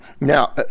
Now